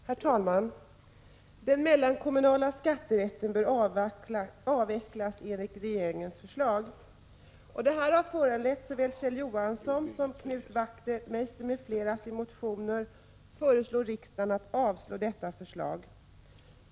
Herr talman! Regeringen har föreslagit att den mellankommunala skatterätten avvecklas. Detta har föranlett såväl Kjell Johansson som Knut Wachtmeister m.fl. att i motioner föreslå riksdagen avslå detta förslag.